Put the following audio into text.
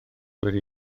wedi